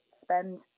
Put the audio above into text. spend